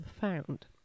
found